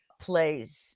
plays